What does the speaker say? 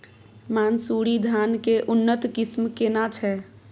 मानसुरी धान के उन्नत किस्म केना छै?